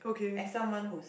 as someone who's